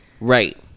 right